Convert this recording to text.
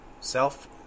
self